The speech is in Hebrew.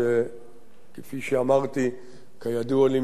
כפי שאמרתי, שכידוע לי מכלי ראשון,